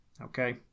Okay